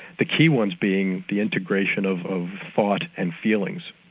the key ones being the integration of of thought and feelings.